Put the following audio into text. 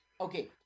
Okay